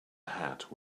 hat